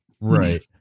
Right